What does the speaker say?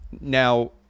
Now